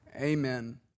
Amen